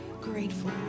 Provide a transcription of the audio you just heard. grateful